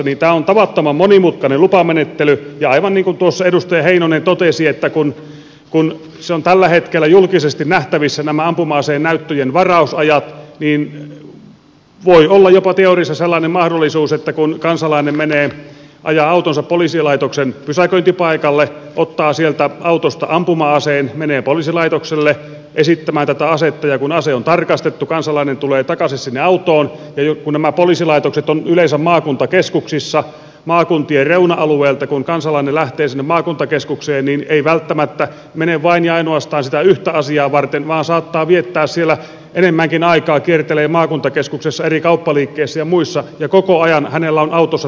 tämä on tavattoman monimutkainen lupamenettely ja aivan niin kuin edustaja heinonen totesi kun ovat tällä hetkellä julkisesti nähtävissä nämä ampuma aseen näyttöjen varausajat niin voi olla teoriassa jopa sellainen mahdollisuus että kansalainen menee ajaa autonsa poliisilaitoksen pysäköintipaikalle ottaa sieltä autosta ampuma aseen menee poliisilaitokselle esittämään tätä asetta ja kun ase on tarkastettu kansalainen tulee takaisin sinne autoon ja kun nämä poliisilaitokset ovat yleensä maakuntakeskuksissa niin kun maakuntien reuna alueilta kansalainen lähtee sinne maakuntakeskukseen niin ei välttämättä mene vain ja ainoastaan sitä yhtä asiaa varten vaan saattaa viettää siellä enemmänkin aikaa kiertelee maakuntakeskuksessa eri kauppaliikkeissä ja muissa ja koko ajan hänellä on autossa tämä ampuma ase